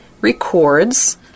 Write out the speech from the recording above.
records